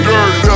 Dirty